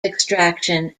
extraction